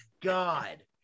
God